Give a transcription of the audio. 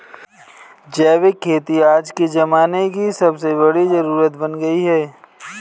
जैविक खेती आज के ज़माने की सबसे बड़ी जरुरत बन गयी है